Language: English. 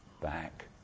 back